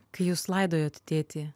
kai jūs laidojot tėtį